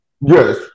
Yes